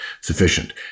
sufficient